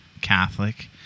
Catholic